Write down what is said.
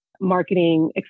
marketing